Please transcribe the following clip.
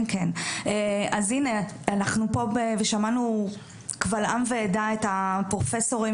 אז הנה אנחנו פה ושמענו קבל עם ועדה את הפרופסורים